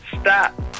stop